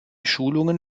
schulungen